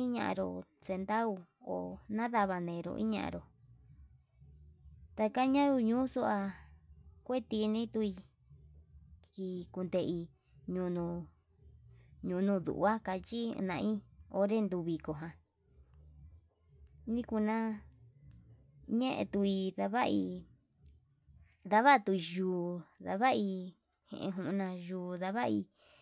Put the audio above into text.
iñanru xuu centavu o iñava ñenro takaña unuxua, kue tini tui kii kundei ñunuu yunuu nua kachi nai onre nduu viko ján nikuna yetui ndavai ndavatuu yuu ndavai je njuana yuu ndavai.